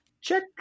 Check